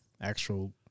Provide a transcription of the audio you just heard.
actual